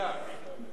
כן, בעיקר.